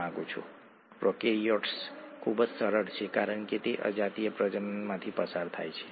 હવે ચાલો આપણે થોડું અલગ પાસું જોઈએ